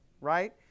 Right